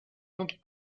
not